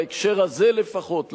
בהקשר הזה לפחות,